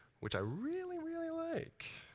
which i really, really like.